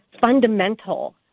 fundamental